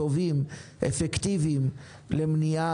טובים ואפקטיביים למניעה,